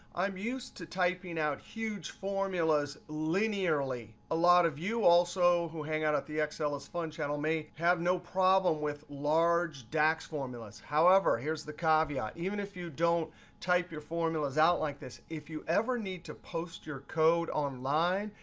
i'm used to typing out huge formulas linearly. a lot of you also who hang out at the excel is fun channel may have no problem with large dax formulas. however, here's the caveat. even if you don't type your formulas out like this, if you ever need to post your code online,